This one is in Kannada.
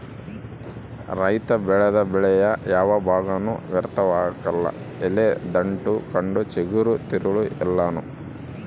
ರೈತ ಬೆಳೆದ ಬೆಳೆಯ ಯಾವ ಭಾಗನೂ ವ್ಯರ್ಥವಾಗಕಲ್ಲ ಎಲೆ ದಂಟು ಕಂಡ ಚಿಗುರು ತಿರುಳು ಎಲ್ಲಾನೂ